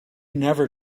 never